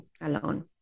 alone